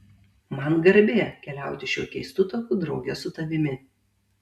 man garbė keliauti šiuo keistu taku drauge su tavimi